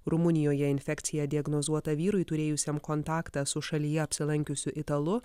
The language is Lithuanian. rumunijoje infekcija diagnozuota vyrui turėjusiam kontaktą su šalyje apsilankiusiu italu